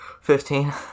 Fifteen